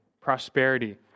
prosperity